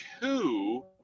two